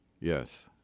Yes